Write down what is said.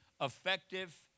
effective